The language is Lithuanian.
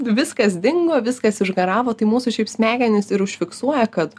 viskas dingo viskas išgaravo tai mūsų šiaip smegenys ir užfiksuoja kad